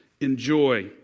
enjoy